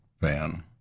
fan